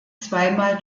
zweimal